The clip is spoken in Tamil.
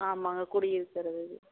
ஆமாங்க குடி இருக்கிறதுக்கு